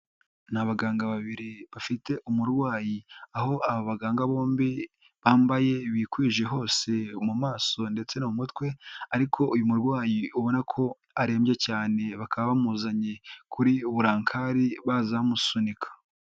Ni abaganga babiri bafite umurwayi, aho abo baganga bombi bambaye bikwije hose mu maso ndetse no mu mutwe, ariko uyu murwayi ubona ko arembye cyane, bakaba bamuzanye kuri bulankari baza bamusunika.